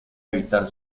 evitar